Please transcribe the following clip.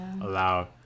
allow